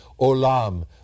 olam